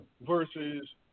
Versus